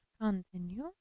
continue